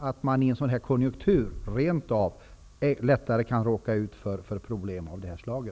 att göra klart att man i den rådande konjunkturen rent av lättare kan råka ut för problem av det här slaget?